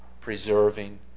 preserving